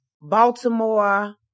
Baltimore